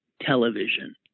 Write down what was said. television